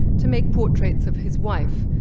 to make portraits of his wife,